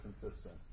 consistent